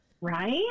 right